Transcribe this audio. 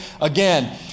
again